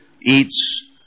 eats